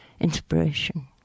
inspiration